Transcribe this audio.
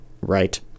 right